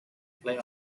play